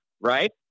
right